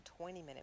20-minute